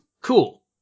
cool